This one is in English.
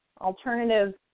Alternative